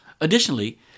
Additionally